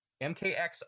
MKX